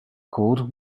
called